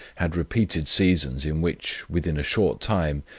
had repeated seasons in which, within a short time,